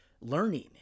learning